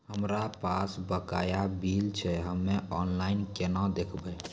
हमरा पास बकाया बिल छै हम्मे ऑनलाइन केना देखबै?